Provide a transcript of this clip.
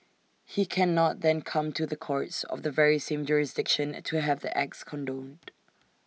he cannot then come to the courts of the very same jurisdiction to have the acts condoned